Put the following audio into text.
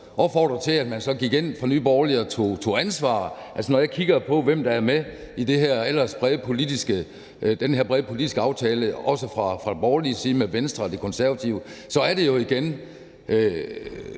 opfordre til, at man så fra Nye Borgerliges side gik ind og tog ansvar. Altså, når jeg kigger på, hvem der er med i den her ellers brede politiske aftale, også fra borgerlig side med Venstre og De Konservative, så er det jo igen